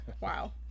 Wow